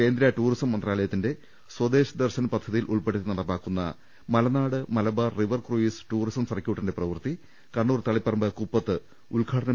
കേന്ദ്ര ടൂറിസം മന്ത്രാലയത്തിന്റെ സ്വദേശ് ദർശൻ പദ്ധതിയിൽ ഉൾപ്പെടുത്തി നടപ്പാക്കുന്ന Malanad Malabar river cruise tourism സർക്യൂട്ടിന്റെ പ്രവൃത്തി കണ്ണൂർ തളിപറമ്പ് കുപ്പത്ത് ഉദ്ഘാടനം ചെയ്യുകയായിരുന്നു അദ്ദേഹം